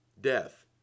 death